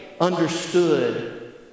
understood